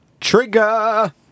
trigger